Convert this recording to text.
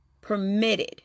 permitted